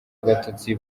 agatotsi